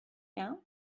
now